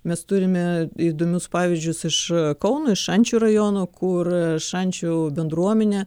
mes turime įdomius pavyzdžius iš kauno iš šančių rajono kur šančių bendruomenė